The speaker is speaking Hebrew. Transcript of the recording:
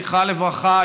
זכרה לברכה,